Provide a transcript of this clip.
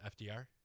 FDR